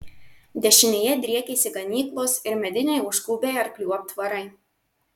dešinėje driekėsi ganyklos ir mediniai ožkų bei arklių aptvarai